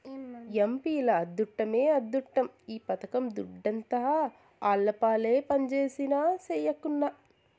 ఎంపీల అద్దుట్టమే అద్దుట్టం ఈ పథకం దుడ్డంతా ఆళ్లపాలే పంజేసినా, సెయ్యకున్నా